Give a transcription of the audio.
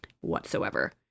whatsoever